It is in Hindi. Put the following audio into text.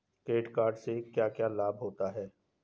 क्रेडिट कार्ड से क्या क्या लाभ होता है?